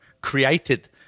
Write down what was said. created